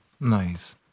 nice